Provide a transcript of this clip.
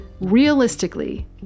realistically